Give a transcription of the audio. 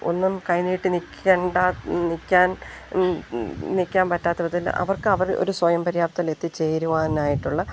ഒന്നും കൈ നീട്ടി നിൽക്കേണ്ട നിൽക്കാൻ നിൽക്കാൻ പറ്റാത്ത വിധത്തിൽ അവർക്ക് അവർ ഒരു സ്വയം പര്യാപ്തതയിൽ എത്തി ചേരുവാനായിട്ടുള്ള